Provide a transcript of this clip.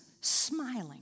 smiling